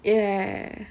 ya